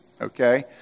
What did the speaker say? okay